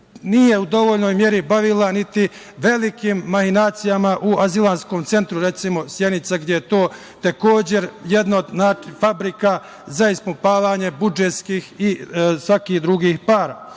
nije u dovoljnoj meri bavila niti velikim mahinacijama u azilantskom centru, recimo Sjenica, gde je to takođe jedna od fabrika za ispumpavanje budžetskih i svakih drugih